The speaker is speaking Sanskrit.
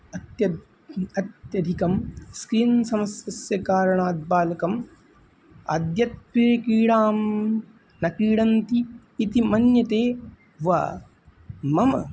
अत्यधिकम् अत्यधिकं स्क्रीन् समस्यायाः कारणात् बालकानाम् अद्यत्वे क्रीडां न क्रीडन्ति इति मन्यते वा मम